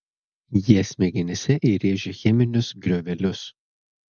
jie smegenyse įrėžia cheminius griovelius